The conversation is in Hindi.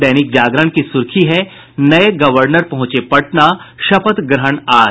दैनिक जागरण की सुर्खी है नये गवर्नर पहुंचे पटना शपथ ग्रहण आज